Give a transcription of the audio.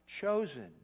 chosen